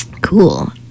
Cool